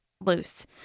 loose